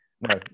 no